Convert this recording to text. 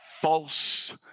false